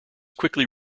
quickly